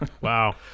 Wow